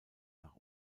nach